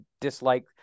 dislike